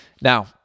Now